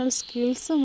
skills